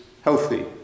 healthy